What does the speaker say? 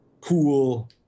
cool